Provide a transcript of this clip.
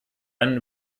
einen